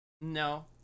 No